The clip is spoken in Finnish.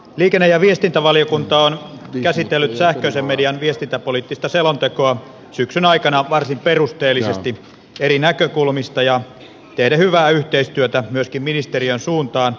liikenne ja viestintävaliokunta on käsitellyt sähköisen median viestintäpoliittista selontekoa syksyn aikana varsin perusteellisesti eri näkökulmista ja tehden hyvää yhteistyötä myöskin ministeriön suuntaan